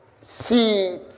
see